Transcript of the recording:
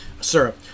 syrup